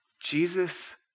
Jesus